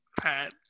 Pat